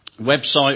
website